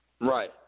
right